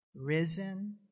risen